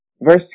Verse